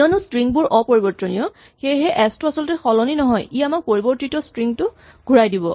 কিয়নো স্ট্ৰিং বোৰ অপৰিবৰ্তনীয় সেয়ে এচ টো আচলতে সলনি নহয় ই আমাক পৰিবৰ্তিত স্ট্ৰিং টো ঘূৰাই দিব